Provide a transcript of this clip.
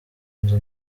nzu